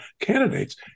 candidates